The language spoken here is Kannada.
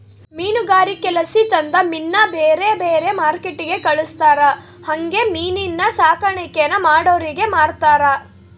ಮೀನುಗಾರಿಕೆಲಾಸಿ ತಂದ ಮೀನ್ನ ಬ್ಯಾರೆ ಬ್ಯಾರೆ ಮಾರ್ಕೆಟ್ಟಿಗೆ ಕಳಿಸ್ತಾರ ಹಂಗೆ ಮೀನಿನ್ ಸಾಕಾಣಿಕೇನ ಮಾಡೋರಿಗೆ ಮಾರ್ತಾರ